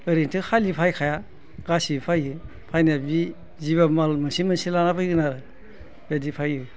ओरैनोथ' खालि फैखाया गासैबो फैयो फैनाया बे जिबाबो माल मोनसे मोनसे लाना फैगोन आरो बेबायदि फैयो